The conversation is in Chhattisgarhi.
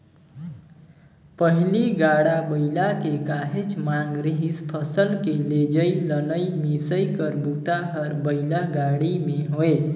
पहिली गाड़ा बइला के काहेच मांग रिहिस फसल के लेजइ, लनइ, मिसई कर बूता हर बइला गाड़ी में होये